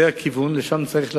זה הכיוון, לשם צריך ללכת.